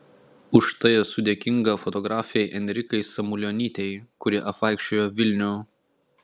už tai esu dėkinga fotografei enrikai samulionytei kuri apvaikščiojo vilnių